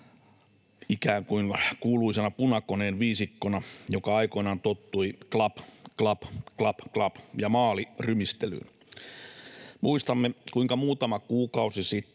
ikään kuin kuuluisana Punakoneen viisikkona, joka aikoinaan tottui klap, klap, klap, klap ja maali ‑rymistelyyn. Muistamme, kuinka muutama kuukausi sitten